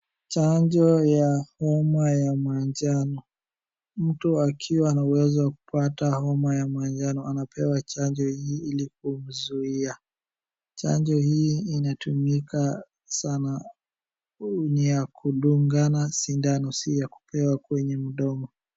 Chanjo ya homa ya manjano. Mtu akiwa na uwezo wa kupata homa ya manjano anapewa chanjo hii ili kuzuia. Chanjo hii inatumika sana, ni ya kudungana sindano si ya kupewa kwenye mdomo.